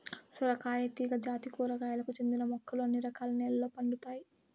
సొరకాయ తీగ జాతి కూరగాయలకు చెందిన మొక్కలు అన్ని రకాల నెలల్లో పండుతాయి